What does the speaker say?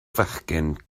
fechgyn